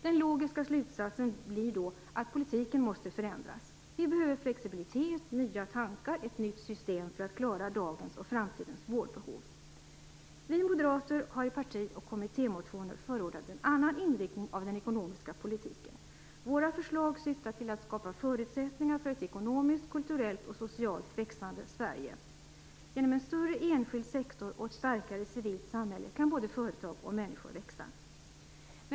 Den logiska slutsatsen blir då att politiken måste förändras. Vi behöver flexibilitet, nya tankar och ett nytt system för att klara dagens och framtidens vårdbehov. Vi moderater har i parti och kommittémotioner förordat en annan inriktning av den ekonomiska politiken. Våra förslag syftar till att skapa förutsättningar för ett ekonomiskt, kulturellt och socialt växande Sverige. Genom en större enskild sektor och ett starkare civilt samhälle kan både företag och människor växa.